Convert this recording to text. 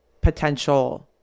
potential